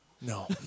No